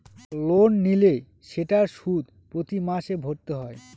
loan নিলে সেটার সুদ প্রতি মাসে ভরতে হয়